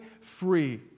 free